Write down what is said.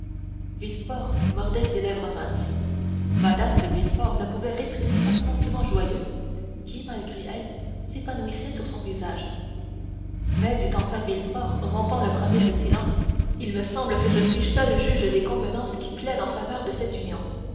villefort mordait ses lèvres minces mme de villefort ne pouvait réprimer un sentiment joyeux qui malgré elle s'épanouissait sur son visage mais dit enfin villefort rompant le premier ce silence il me semble que je suis seul juge des convenances qui plaident en faveur de cette union